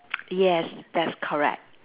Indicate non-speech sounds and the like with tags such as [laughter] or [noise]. [noise] yes that's correct